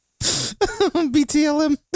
BTLM